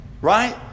Right